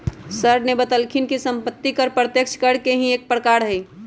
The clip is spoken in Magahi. सर ने बतल खिन कि सम्पत्ति कर प्रत्यक्ष कर के ही एक प्रकार हई